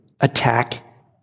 attack